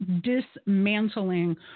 dismantling